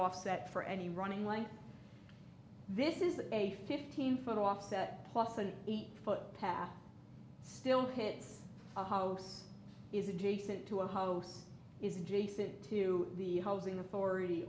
offset for any running like this is a fifteen foot offset plus an eight foot path still hits a house is adjacent to a house is adjacent to the housing authority